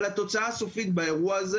אבל התוצאה הסופית באירוע הזה